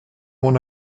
mon